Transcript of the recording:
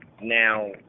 now